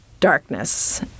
darkness